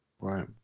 Right